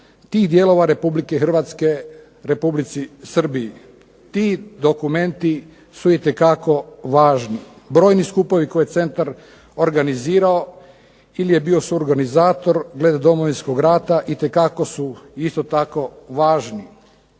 tih dijelova Republike Hrvatske Republici Srbiji. Ti dokumenti su itekako važni. Brojni skupovi koje je Centar organizirao ili je bio suorganizator glede Domovinskog rata itekako su isto tako važni.